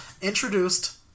introduced